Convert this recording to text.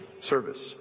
Service